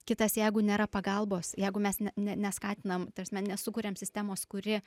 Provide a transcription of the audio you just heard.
kitas jeigu nėra pagalbos jeigu mes ne ne neskatinam ta prasme nesukuriam sistemos kuri